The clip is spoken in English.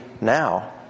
now